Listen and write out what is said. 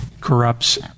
corrupts